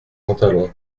pantalon